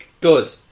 Good